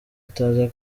ataza